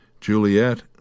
juliet